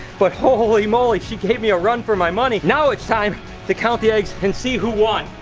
but holy moly she gave me a run for my money! now it's time to count the eggs and see who won!